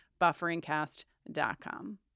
bufferingcast.com